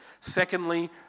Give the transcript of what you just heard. Secondly